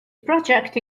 project